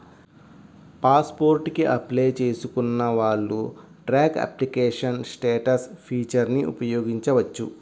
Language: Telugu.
పాస్ పోర్ట్ కి అప్లై చేసుకున్న వాళ్ళు ట్రాక్ అప్లికేషన్ స్టేటస్ ఫీచర్ని ఉపయోగించవచ్చు